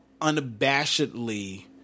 unabashedly